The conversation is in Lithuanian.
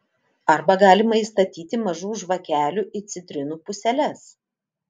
arba galima įstatyti mažų žvakelių į citrinų puseles